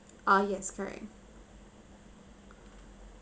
ah yes correct